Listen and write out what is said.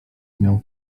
miał